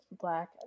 black